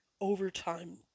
Overtime